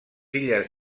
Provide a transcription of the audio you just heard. illes